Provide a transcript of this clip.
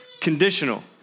conditional